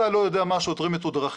אתה לא יודע מה השוטרים מתודרכים,